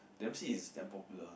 Dempsey is damn popular